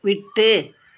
விட்டு